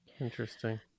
interesting